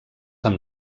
amb